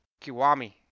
Kiwami